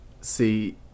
See